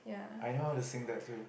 I know how to sing that too